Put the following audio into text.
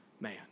man